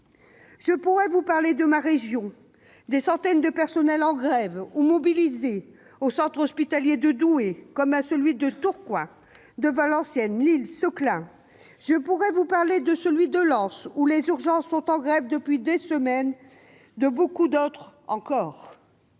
Je pourrais vous parler de ma région, des centaines de personnels en grève ou mobilisés au centre hospitalier de Douai comme à ceux de Tourcoing, de Valenciennes, de Lille, de Seclin. Je pourrais vous parler de celui de Lens, où les urgences sont en grève depuis des semaines, de bien d'autres encore.